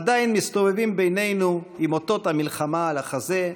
עדיין מסתובבים בינינו עם אותות המלחמה על החזה,